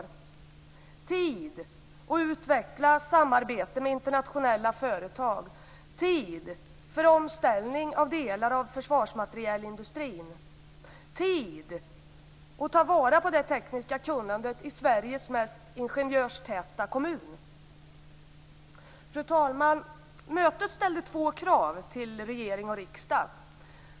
Ge oss tid att utveckla samarbete med internationella företag, tid för omställning av delar av försvarsmaterielindustrin och tid för att ta vara på det tekniska kunnandet i Sveriges mest ingenjörstäta kommun. Fru talman! Mötet ställde två krav till regering och riksdag.